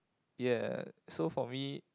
ye so for me